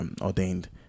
ordained